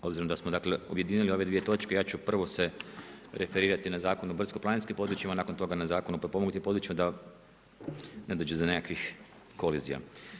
Obzirom da smo dakle objedinili ove dvije točke, ja ću prvo se referirati na Zakon o brdsko-planinskim područjima, nakon toga na Zakon o potpomognutim područjima da ne dođe do nekakvih kolizija.